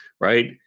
right